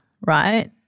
right